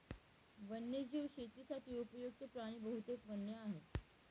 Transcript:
वन्यजीव शेतीसाठी उपयुक्त्त प्राणी बहुतेक वन्य आहेत